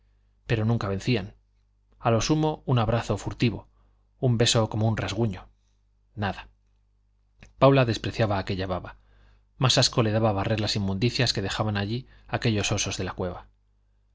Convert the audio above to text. pero nunca vencían a lo sumo un abrazo furtivo un beso como un rasguño nada paula despreciaba aquella baba más asco le daba barrer las inmundicias que dejaban allí aquellos osos de la cueva